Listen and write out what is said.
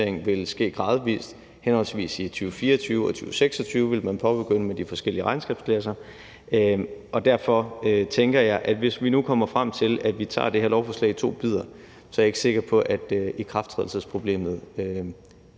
vil ske gradvis, henholdsvis i 2024 og 2026 vil man påbegynde med de forskellige regnskabsklasser, og derfor er jeg, hvis vi nu kommer frem til, at vi tager det her lovforslag i to bidder, ikke sikker på, at ikrafttrædelsen er et